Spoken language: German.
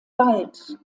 wald